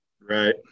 right